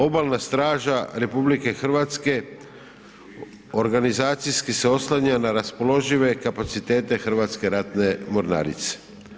Obalna straža RH organizacijski se oslanja na raspoložive kapacitete Hrvatske ratne mornarice.